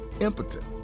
impotent